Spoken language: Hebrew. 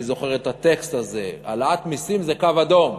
אני זוכר את הטקסט הזה: העלאת מסים זה קו אדום.